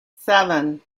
seven